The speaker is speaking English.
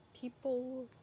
people